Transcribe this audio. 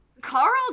Carl